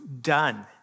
done